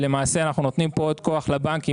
ולמעשה אנחנו נותנים פה עוד כוח לבנקים,